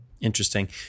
Interesting